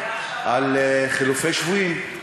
לחילופי שבויים.